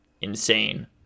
insane